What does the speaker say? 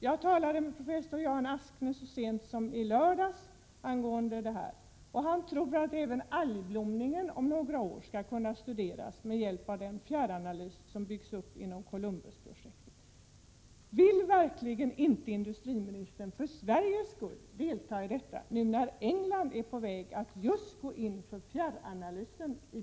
Jag talade så sent som i lördags med professor Jan Askne om detta, och han tror att även algblomningen om några år skall kunna studeras med hjälp av den fjärranalys som byggs upp inom Columbusprojektet. Vill verkligen inte industriministern att Sverige skall delta i projektet nu när England är på väg att gå in i fjärranalysdelen av projektet?